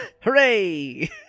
Hooray